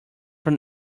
from